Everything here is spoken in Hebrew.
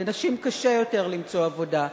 לנשים קשה יותר למצוא עבודה,